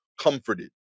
comforted